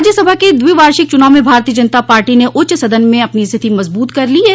राज्यसभा के द्विवार्षिक चुनाव में भारतीय जनता पार्टी ने उच्च सदन में अपनी स्थिति मजबूत कर ली है